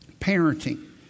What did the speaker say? Parenting